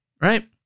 right